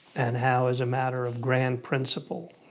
and how as a matter of grand principal,